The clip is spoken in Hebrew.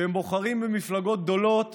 שהם בוחרים במפלגות גדולות